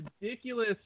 ridiculous